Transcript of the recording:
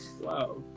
wow